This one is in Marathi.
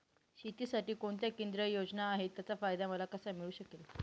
शेतीसाठी कोणत्या केंद्रिय योजना आहेत, त्याचा फायदा मला कसा मिळू शकतो?